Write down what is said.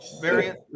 variant